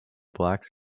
blacks